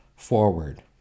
forward